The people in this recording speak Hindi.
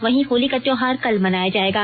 वहीं होली का त्योहार कल मनाया जायेगा